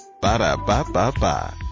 Ba-da-ba-ba-ba